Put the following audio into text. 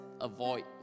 avoid